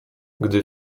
gdy